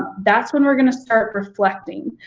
that's when we're gonna start reflecting.